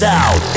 out